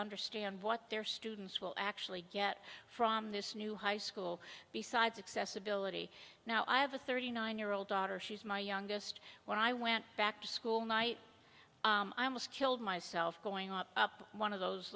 understand what their students will actually get from this new high school besides accessibility now i have a thirty nine year old daughter she's my youngest when i went back to school night i almost killed myself going up one of those